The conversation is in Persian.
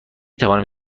توانیم